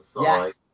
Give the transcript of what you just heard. Yes